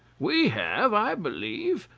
we have, i believe,